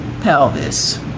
pelvis